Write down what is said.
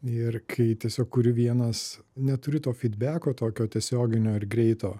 ir kai tiesiog kuri vienas neturi to fidbeko tokio tiesioginio ar greito